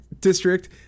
district